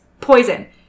poison